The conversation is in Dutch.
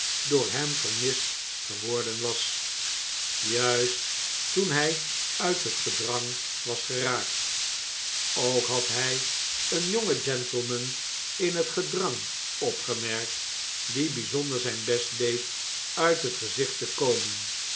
door hem vermist geworden was juist toen hij uit het gedrang was geraakt ook had hij een jongen gentleman in het gedrang opgemerkt die bijzonder zijn best deed uit het gezicht te komen